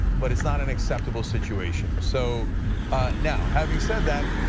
but it's not an acceptable situation. so now, having said that,